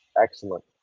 excellent